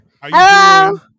hello